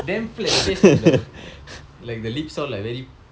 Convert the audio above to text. damn flat the face like the like the lips all like very